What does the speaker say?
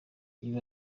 ibi